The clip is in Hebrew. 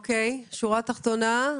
תודה רבה,